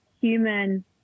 human